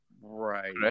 Right